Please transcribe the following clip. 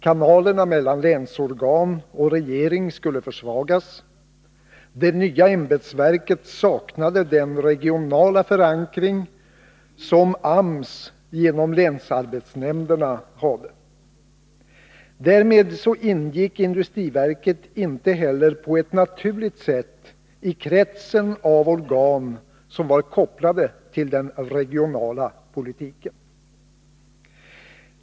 Kanalerna mellan länsorgan och regering skulle försvagas. Det nya ämbetsverket saknade den regionala förankring som AMS genom länsarbetsnämnderna hade. Därmed ingick industriverket inte heller på ett naturligt sätt i kretsen av organ som var kopplade till den regionala politiken.